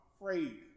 afraid